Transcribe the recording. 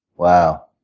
wow,